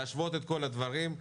להשוות את כל הדברים,